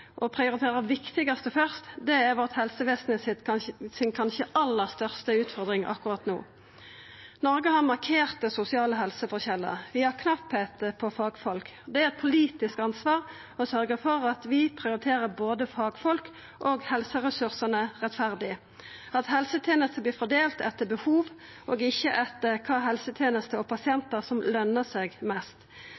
å prioritera det viktigaste først er kanskje den aller største utfordringa helsevesenet har akkurat no. Noreg har markerte sosiale helseforskjellar. Vi har knapt med fagfolk. Det er eit politisk ansvar å sørgja for at vi prioriterer både fagfolka og helseressursane rettferdig, at helsetenester vert fordelte etter behov og ikkje etter kva helsetenester og